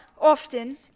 often